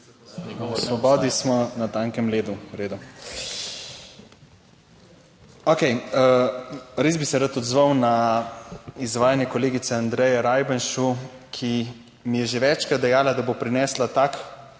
V svobodi smo na tankem ledu, v redu. Okej, res bi se rad odzval na izvajanje kolegice Andreje Rajbenšu, ki mi je že večkrat dejala, da bo prinesla tak